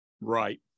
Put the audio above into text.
Right